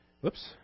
Whoops